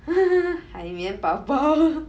海绵宝宝